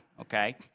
okay